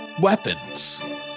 weapons